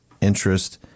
interest